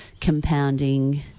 compounding